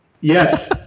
Yes